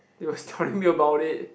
he was telling me about it